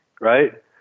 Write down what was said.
right